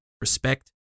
respect